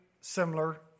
similar